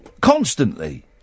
constantly